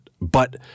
But-